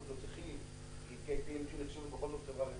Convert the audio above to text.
בכל זאת KPMG נחשבת בכל זאת חברה רצינית.